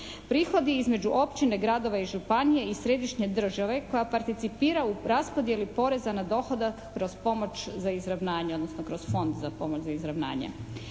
prihodi između općine, gradova i županije i središnje države koja participira u raspodjeli poreza na dohodak kroz pomoć za izravnanje, odnosno kroz Fond za pomoć za izravnanja.